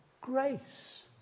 grace